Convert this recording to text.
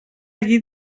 allí